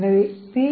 எனவே p 0